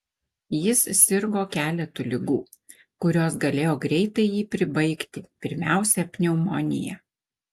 jis sirgo keletu ligų kurios galėjo greitai jį pribaigti pirmiausia pneumonija